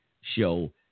show